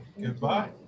goodbye